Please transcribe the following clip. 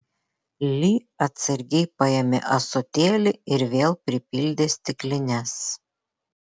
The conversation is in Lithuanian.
li atsargiai paėmė ąsotėlį ir vėl pripildė stiklines